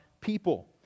people